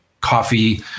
coffee